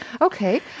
Okay